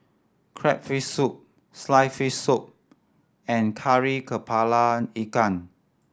crab fish soup sliced fish soup and Kari Kepala Ikan